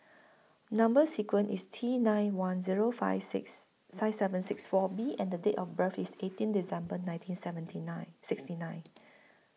Number sequence IS T nine one Zero five six five seven six four B and Date of birth IS eighteen December nineteen seventy nine sixty nine